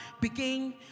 begin